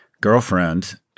girlfriend